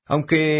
Aunque